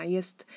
Jest